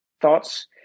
thoughts